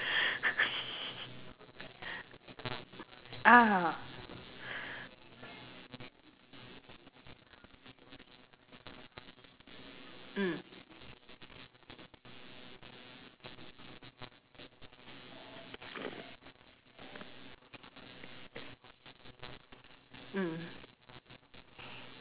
ah mm mm